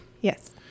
Yes